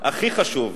הכי חשוב,